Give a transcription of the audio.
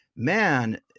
man